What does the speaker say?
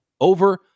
over